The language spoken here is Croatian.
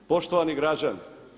Poštovani građani.